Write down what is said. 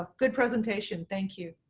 ah good presentation. thank you.